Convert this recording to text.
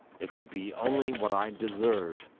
it would be only what i deserve!